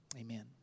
Amen